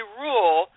rule